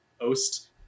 post